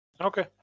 Okay